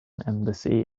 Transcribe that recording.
embassy